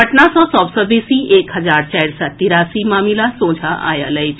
पटना सँ सभ सँ बेसी एक हजार चारि सय तिरासी मामिला सोझा आएल अछि